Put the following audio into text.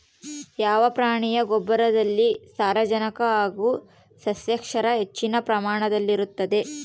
ಯಾವ ಪ್ರಾಣಿಯ ಗೊಬ್ಬರದಲ್ಲಿ ಸಾರಜನಕ ಹಾಗೂ ಸಸ್ಯಕ್ಷಾರ ಹೆಚ್ಚಿನ ಪ್ರಮಾಣದಲ್ಲಿರುತ್ತದೆ?